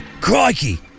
Crikey